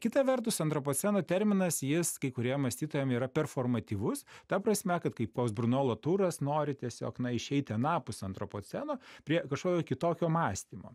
kita vertus antropoceno terminas jis kai kuriem mąstytojam yra performatyvus ta prasme kad kaip koks bruno laturas nori tiesiog na išeiti anapus antropoceno prie kažkokio kitokio mąstymo